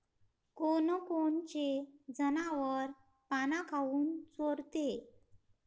कोनकोनचे जनावरं पाना काऊन चोरते?